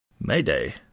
Mayday